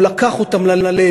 והוא לקח אותם ללב.